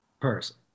person